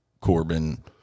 Corbin